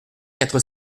quatre